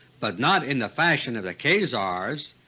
but not in the fashion of the khazars.